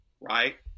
right